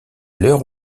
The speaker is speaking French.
l’heure